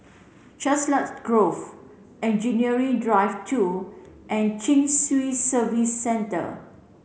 Chiselhurst Grove Engineering Drive two and Chin Swee Service Centre